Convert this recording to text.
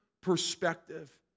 perspective